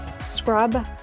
scrub